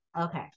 Okay